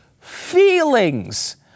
feelings